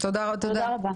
תודה רבה.